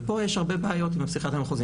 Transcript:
פה יש הרבה בעיות עם הפסיכיאטר המחוזי,